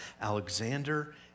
Alexander